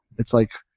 it's like,